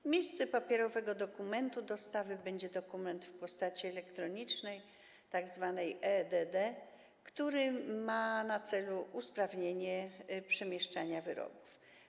W miejsce papierowego dokumentu dostawy będzie wprowadzony dokument w postaci elektronicznej, tzw. e-DD, który ma na celu usprawnienie przemieszczania wyrobów.